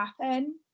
happen